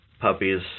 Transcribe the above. puppies